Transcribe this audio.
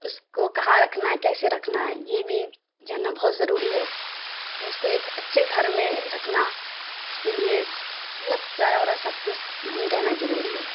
اس کو کہاں رکھنا ہے کیسے رکھنا ہے یہ بھی جاننا بہت ضروری ہے تو اس کو ایک اچھے گھر میں رکھنا اس کے لیے مطلب چارہ اورا سب کچھ وہیں رہنا ضروری ہے